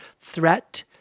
threat